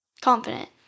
confident